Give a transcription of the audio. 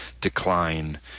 decline